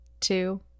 two